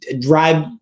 drive